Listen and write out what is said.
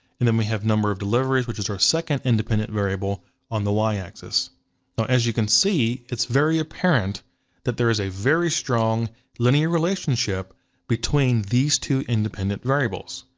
and then we have number of deliveries, which is our second independent variable on the like y-axis. now as you can see, it's very apparent that there is a very strong linear relationship between these two independent variables.